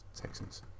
Texans